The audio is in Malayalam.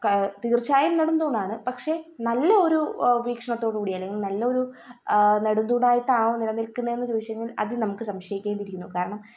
തീര്ച്ചയായും നെടുംതൂണാണ് പക്ഷെ നല്ല ഒരു വീക്ഷണത്തോടുകൂടി അല്ലെങ്കില് നല്ലൊരു നെടുംതൂണായിട്ടാണ് നിലനില്ക്കുന്നതെന്ന് ചോദിച്ചു കഴിഞ്ഞാല് അത് നമുക്ക് സംശയിക്കേണ്ടിയിരിക്കുന്നു കാരണം